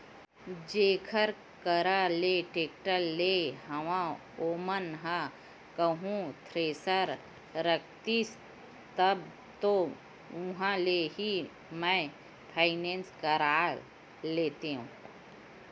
जेखर करा ले टेक्टर लेय हव ओमन ह कहूँ थेरेसर रखतिस तब तो उहाँ ले ही मैय फायनेंस करा लेतेव